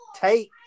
take